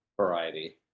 variety